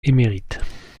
émérite